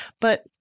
but-